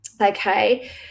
okay